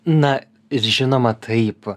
na ir žinoma taip